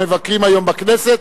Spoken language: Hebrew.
המבקרים היום בכנסת.